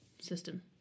system